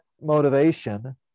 motivation